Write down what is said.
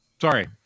sorry